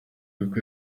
uko